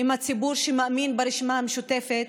עם הציבור שמאמין ברשימה המשותפת,